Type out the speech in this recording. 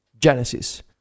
Genesis